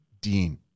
Dean